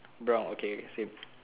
brown okay same